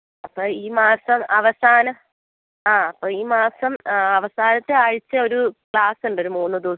അപ്പം ഈ മാസം അവസാനം ആ അപ്പം ഈ മാസം അവസാനത്തെ ആഴ്ച്ച ഒരു ക്ലാസ് ഉണ്ട് ഒരു മൂന്ന് ദിവസത്തെ